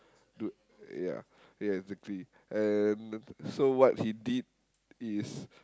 do yeah yeah exactly and so what he did is